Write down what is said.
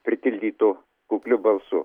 pritildytu kukliu balsu